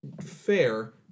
Fair